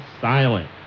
silent